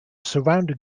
surrounding